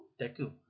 Deku